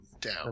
down